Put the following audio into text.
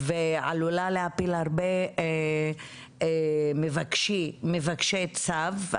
ועלולה להפיל הרבה מבקשי צו.